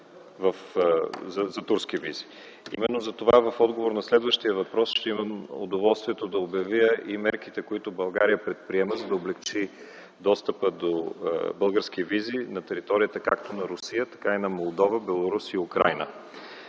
за визи. Именно затова в отговор на следващия въпрос ще имам удоволствието да обявя и мерките, които България предприема, за да облекчи достъпа до български визи на територията както на Русия, така и на Молдова, Беларус и Украйна.